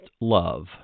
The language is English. love